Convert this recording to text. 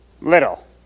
Little